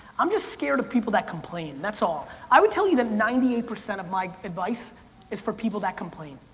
i'm just scared of people that complain, that's all. i would tell you that ninety eight percent of my advice is for people that complain.